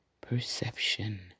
perception